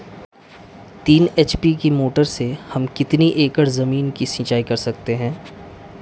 तीन एच.पी की मोटर से हम कितनी एकड़ ज़मीन की सिंचाई कर सकते हैं?